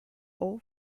all